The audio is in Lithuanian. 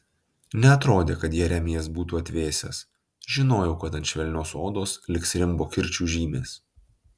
neatrodė kad jeremijas būtų atvėsęs žinojau kad ant švelnios odos liks rimbo kirčių žymės